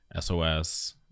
sos